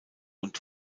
und